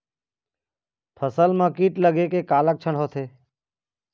फसल म कीट लगे के का लक्षण होथे?